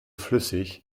flüssig